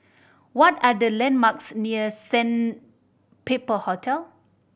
what are the landmarks near Sandpiper Hotel